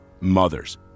mothers